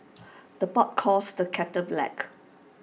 the pot calls the kettle black